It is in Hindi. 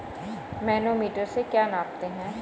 मैनोमीटर से क्या नापते हैं?